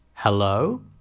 Hello